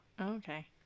okay